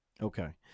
Okay